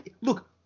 look